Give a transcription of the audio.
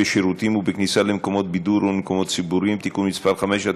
בשירותים ובכניסה למקומות בידור ולמקומות ציבוריים (תיקון מס' 5),